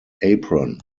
apron